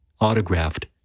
autographed